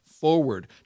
forward